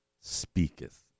speaketh